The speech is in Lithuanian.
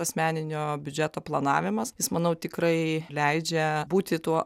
asmeninio biudžeto planavimas jis manau tikrai leidžia būti tuo